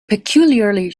peculiarly